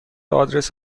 آدرس